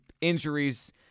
injuries